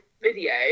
video